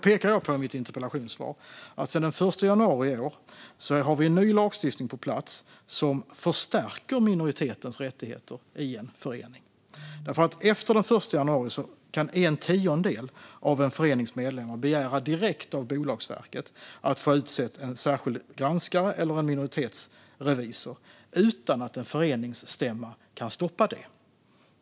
I mitt interpellationssvar pekade jag på att vi sedan den 1 januari i år har en ny lagstiftning på plats som förstärker minoritetens rättigheter i en förening. Sedan den 1 januari kan en tiondel av medlemmarna i en förening begära direkt av Bolagsverket att få en särskild granskare eller en minoritetsrevisor utsedd utan att en föreningsstämma kan stoppa detta.